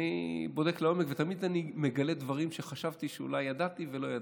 אני בודק לעומק ותמיד אני מגלה דברים שחשבתי שאולי ידעתי ולא ידעתי.